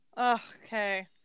Okay